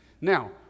Now